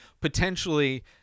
potentially